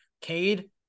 Cade